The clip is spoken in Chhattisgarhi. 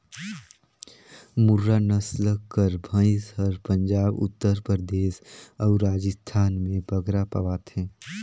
मुर्रा नसल कर भंइस हर पंजाब, उत्तर परदेस अउ राजिस्थान में बगरा पवाथे